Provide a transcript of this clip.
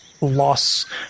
loss